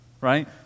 right